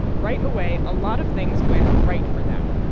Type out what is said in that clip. right away, a lot of things went right for them.